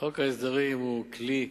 חוק ההסדרים הוא כלי,